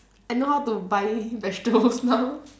I know how to buy vegetables now